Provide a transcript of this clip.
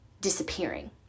disappearing